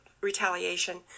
retaliation